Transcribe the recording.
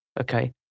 okay